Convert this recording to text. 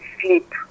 sleep